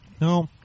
No